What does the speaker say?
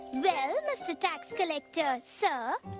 well, mr. tax collector, sir,